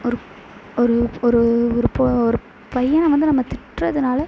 ஒரு ஒரு ஒரு ஒரு போ ஒரு பையனை வந்து நம்ம திட்டுறதுனால